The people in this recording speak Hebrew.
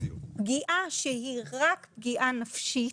פגיעה שהיא רק פגיעה נפשית,